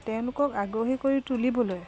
তেওঁলোকক আগ্ৰহী কৰি তুলিবলৈ